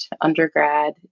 undergrad